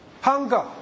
hunger